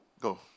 Go